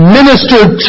ministered